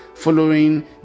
Following